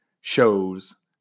shows